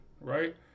right